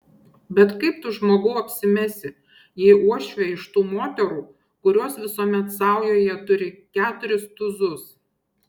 bet kaip tu žmogau apsimesi jei uošvė iš tų moterų kurios visuomet saujoje turi keturis tūzus